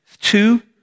two